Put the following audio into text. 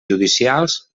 judicials